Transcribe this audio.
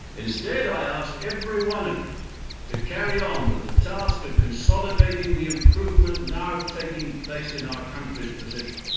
instead i ask every one of you to carry on with the task of consolidating the improvement now taking place in our country's position.